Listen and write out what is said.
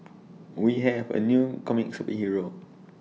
we have A new comic superhero